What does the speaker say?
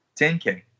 10k